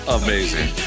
amazing